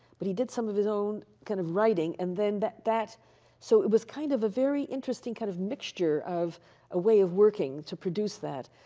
but he did some of his own kind of writing, and then that that so, it was kind of a very interesting kind of mixture of a way of working to produce that.